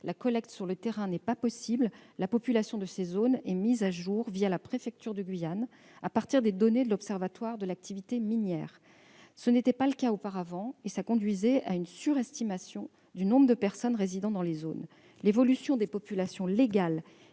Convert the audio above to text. la collecte sur le terrain n'est pas possible, la population de ces zones est mise à jour la préfecture de Guyane, à partir des données de l'Observatoire de l'activité minière. Ce n'était pas le cas auparavant, ce qui conduisait à une surestimation du nombre de personnes résidant dans les zones d'orpaillage. L'évolution des populations légales